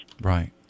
Right